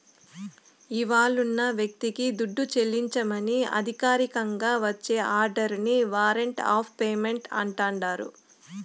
ఇవ్వాలున్న వ్యక్తికి దుడ్డు చెల్లించమని అధికారికంగా వచ్చే ఆర్డరిని వారంట్ ఆఫ్ పేమెంటు అంటాండారు